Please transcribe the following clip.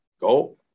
go